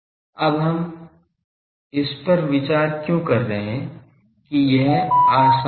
अब हम इस पर विचार क्यों कर रहे हैं कि यह आसान है